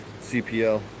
CPL